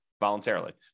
voluntarily